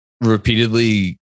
repeatedly